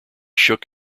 shook